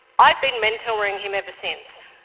i've been mentoring him ever since.